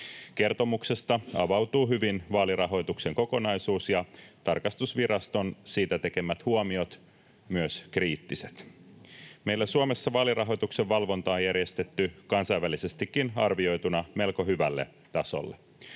Kertomuksesta avautuvat hyvin vaalirahoituksen kokonaisuus ja tarkastusviraston siitä tekemät huomiot, myös kriittiset. Meillä Suomessa vaalirahoituksen valvonta on järjestetty kansainvälisestikin arvioituna melko hyvälle tasolle.